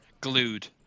Glued